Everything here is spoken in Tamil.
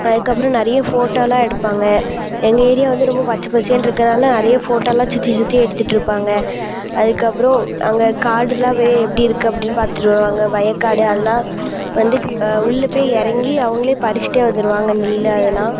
அதுக்கப்புறம் நிறைய ஃபோட்டோவெல்லாம் எடுப்பாங்க எங்கள் ஏரியா வந்து ரொம்ப பச்சைப்பசேன்னு இருக்கிறதுனால நிறையா ஃபோட்டோவெல்லாம் சுற்றி சுற்றி எடுத்துகிட்டுருப்பாங்க அதுக்கப்புறம் அங்கே காடெல்லாமே எப்படியிருக்கு அப்படின்னு பார்த்துட்டு வருவாங்க வயக்காடு அதெல்லாம் வந்து உள்ளே போய் இறங்கி அவங்களே பறிச்சுட்டே வந்துடுவாங்க நெல் அதெல்லாம்